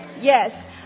Yes